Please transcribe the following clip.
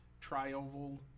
tri-oval